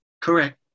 Correct